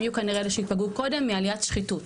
הם יהיו כנראה אלה שיפגעו קודם מעליית השחיתות.